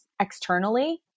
externally